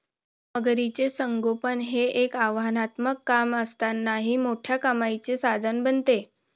मगरीचे संगोपन हे एक आव्हानात्मक काम असतानाही मोठ्या कमाईचे साधन बनते